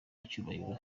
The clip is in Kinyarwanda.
icyubahiro